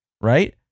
right